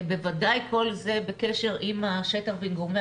בוודאי כל זה בקשר עם השטח ועם גורמי